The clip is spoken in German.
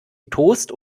toast